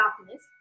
darkness